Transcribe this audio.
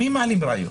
מי מעלים ראיות?